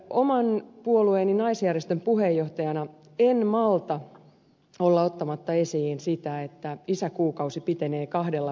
oman puolueeni naisjärjestön puheenjohtajana en malta olla ottamatta esiin sitä että isäkuukausi pitenee kahdella viikolla